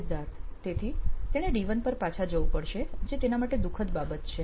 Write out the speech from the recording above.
સિદ્ધાર્થ તેથી તેણે D1 પર પાછા જવું પડશે જે તેના માટે દુખદ બાબત છે